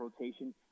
rotation